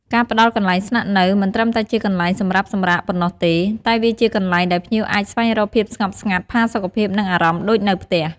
ការផ្តល់កន្លែងស្នាក់នៅ មិនត្រឹមតែជាកន្លែងសម្រាប់សម្រាកប៉ុណ្ណោះទេ តែវាជាកន្លែងដែលភ្ញៀវអាចស្វែងរកភាពស្ងប់ស្ងាត់ ផាសុកភាព និងអារម្មណ៍ដូចនៅផ្ទះ។